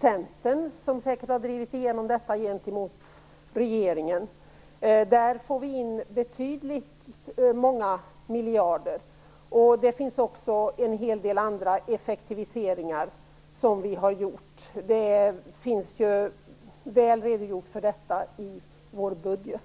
Centern, som säkert har drivit igenom detta gentemot regeringen. Där får vi in många miljarder. Vi har också gjort en hel del andra effektiviseringar. Det finns väl redogjort i vår budget.